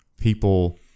people